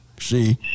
See